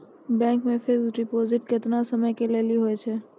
Bank मे fixed deposit केतना समय के लेली होय छै?